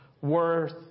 worth